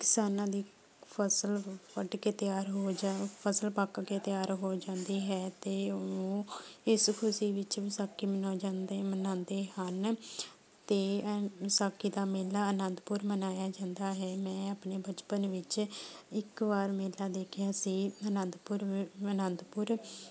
ਕਿਸਾਨਾਂ ਦੀ ਫਸਲ ਵੱਢ ਕੇ ਤਿਆਰ ਹੋ ਜਾ ਫਸਲ ਪੱਕ ਕੇ ਤਿਆਰ ਹੋ ਜਾਂਦੀ ਹੈ ਅਤੇ ਉਹ ਇਸ ਖੁਸ਼ੀ ਵਿੱਚ ਵਿਸਾਖੀ ਮਨਾਈ ਜਾਂਦੀ ਮਨਾਉਂਦੇ ਹਨ ਅਤੇ ਵਿਸਾਖੀ ਦਾ ਮੇਲਾ ਅਨੰਦਪੁਰ ਮਨਾਇਆ ਜਾਂਦਾ ਹੈ ਮੈਂ ਆਪਣੇ ਬਚਪਨ ਵਿੱਚ ਇੱਕ ਵਾਰ ਮੇਲਾ ਦੇਖਿਆ ਸੀ ਅਨੰਦਪੁਰ ਅਨੰਦਪੁਰ